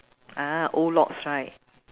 ah old locks right